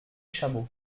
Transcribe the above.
chameau